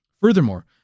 Furthermore